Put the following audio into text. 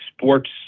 sports